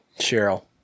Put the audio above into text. Cheryl